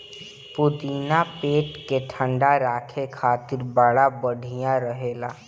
पुदीना पेट के ठंडा राखे खातिर बड़ा बढ़िया रहेला